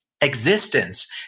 existence